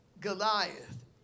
Goliath